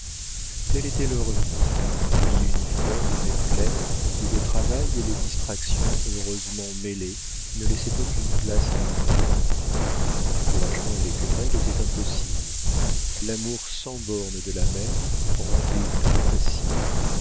telle était leur vie vie uniforme mais pleine où le travail et les distractions heureusement mêlés ne laissaient aucune place à l'ennui les découragements et les querelles étaient impossibles l'amour sans bornes de la mère rendait tout facile